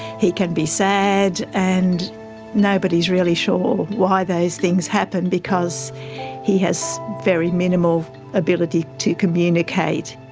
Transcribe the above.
he can be sad and nobody's really sure why those things happen because he has very minimal ability to communicate.